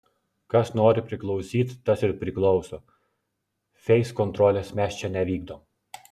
kas nori priklausyt tas ir priklauso feiskontrolės mes čia nevykdom